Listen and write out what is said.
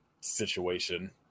situation